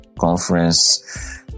Conference